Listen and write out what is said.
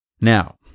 Now